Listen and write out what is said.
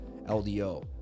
LDO